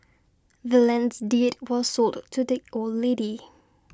the land's deed was sold to the old lady